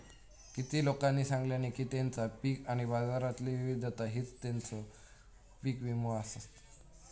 किती लोकांनी सांगल्यानी की तेंचा पीक आणि बाजारातली विविधता हीच तेंचो पीक विमो आसत